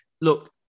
Look